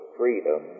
freedom